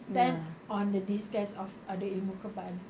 then on the disguise of ada ilmu kebal